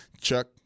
Chuck